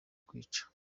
kwica